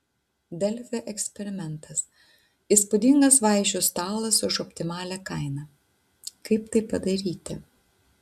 delfi eksperimentas įspūdingas vaišių stalas už optimalią kainą kaip tai padaryti